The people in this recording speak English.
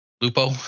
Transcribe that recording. Lupo